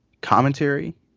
commentary